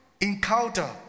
encounter